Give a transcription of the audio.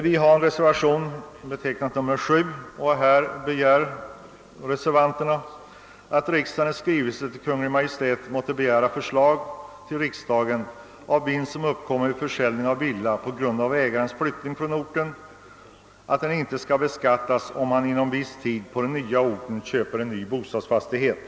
I reservation nr 7 begär reservanterna »att riksdagen i skrivelse till Kungl. Maj:t måtte begära förslag till riksdagen att vinst, som uppkommer vid försäljning av villa på grund av ägarens flyttning från orten, inte skall beskattas om han inom viss tid på den nya orten köper ny bostadsfastighet».